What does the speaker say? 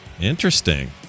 Interesting